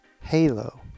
Halo